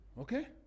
Okay